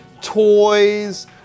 toys